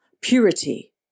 purity